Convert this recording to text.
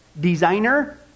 designer